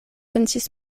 pensis